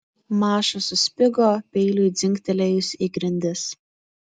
maša suspigo peiliui dzingtelėjus į grindis